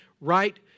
right